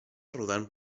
rodant